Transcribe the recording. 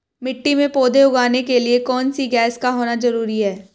मिट्टी में पौधे उगाने के लिए कौन सी गैस का होना जरूरी है?